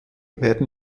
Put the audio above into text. werden